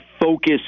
focus